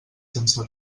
sense